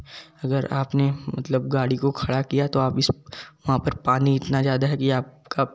अगर आपने मतलब गाड़ी को खड़ा किया तो आप इस वहाँ पर पानी इतना ज़्यादा है कि आपका